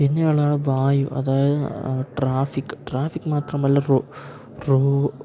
പിന്നെ ഉള്ളതാണ് വായു അതായത് ട്രാഫിക് ട്രാഫിക് മാത്രമല്ല